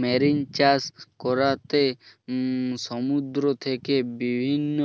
marine চাষ করাতে সমুদ্র থেকে বিভিন্ন